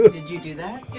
ah did you do that?